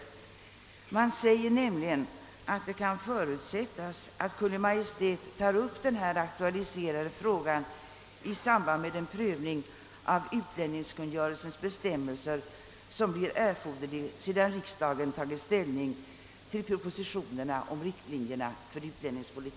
Utskottet skriver nämligen: »Det kan förutsättas att Kungl. Maj:t tar upp den i motionerna aktualiserade frågan i samband med den prövning av utlänningskungörelsens be Det finns verkligen också skäl att ompröva denna regel.